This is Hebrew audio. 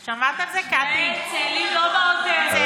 כן, צאלים לא בעוטף.